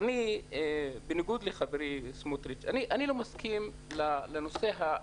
בניגוד לחברי סמוטריץ', אני לא מסכים לרעיון